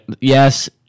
Yes